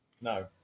No